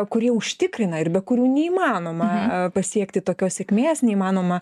kurie užtikrina ir be kurių neįmanoma pasiekti tokios sėkmės neįmanoma